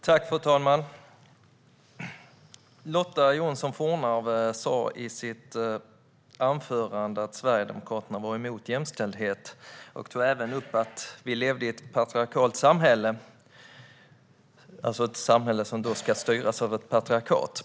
Fru talman! Lotta Johnsson Fornarve sa i sitt anförande att Sverigedemokraterna är emot jämställdhet och tog även upp att vi lever i ett patriarkalt samhälle, alltså ett samhälle som styrs av ett patriarkat.